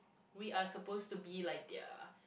we are supposed to be like their